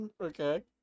Okay